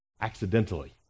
accidentally